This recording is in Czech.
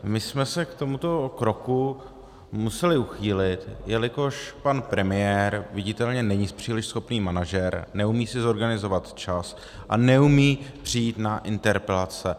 My jsme se k tomuto kroku museli uchýlit, jelikož pan premiér viditelně není příliš schopný manažer, neumí si zorganizovat čas a neumí přijít na interpelace.